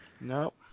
Nope